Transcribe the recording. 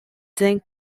zinc